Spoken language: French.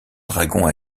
dragons